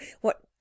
What